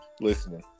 listening